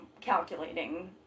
calculating